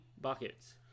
buckets